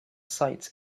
sights